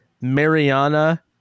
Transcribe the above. Mariana